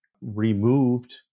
removed